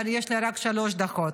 אבל יש לי רק שלוש דקות.